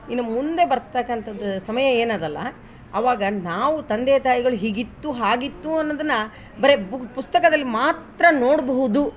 ಇನ್ನು ಮುಂದೆ ಬರ್ತಕ್ಕಂಥದ್ ಸಮಯ ಏನು ಅದಲ್ಲ ಅವಾಗ ನಾವು ತಂದೆ ತಾಯಿಗಳು ಹೀಗಿತ್ತು ಹಾಗಿತ್ತು ಅನ್ನೋದನ್ನು ಬರೇ ಬುಕ್ ಪುಸ್ತಕದಲ್ಲಿ ಮಾತ್ರ ನೋಡಬಹುದು